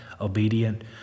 obedient